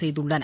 செய்குள்ளன